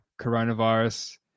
coronavirus